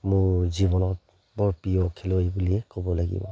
মোৰ জীৱনত বৰ প্ৰিয় খেলুৱৈ বুলিয়ে ক'ব লাগিব